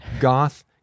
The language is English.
goth